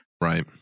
Right